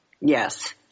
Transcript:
Yes